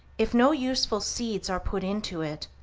if no useful seeds are put into it,